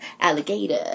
alligator